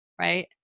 right